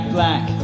Black